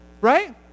right